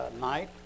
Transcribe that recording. night